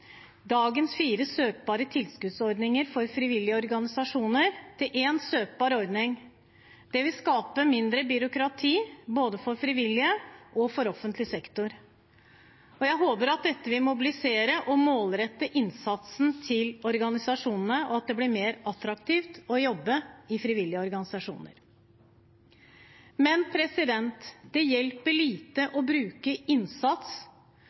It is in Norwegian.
dagens fire søkbare tilskuddsordninger for frivillige organisasjoner til én søkbar ordning. Det vil skape mindre byråkrati, både for frivillige og for offentlig sektor. Jeg håper at dette vil mobilisere og målrette innsatsen til organisasjonene, og at det blir mer attraktivt å jobbe i frivillige organisasjoner. Det hjelper lite å bruke innsats